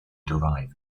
derive